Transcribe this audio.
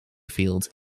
field